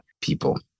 people